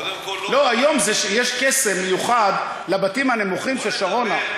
היום יש קסם מיוחד לבתים הנמוכים של שרונה.